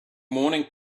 morning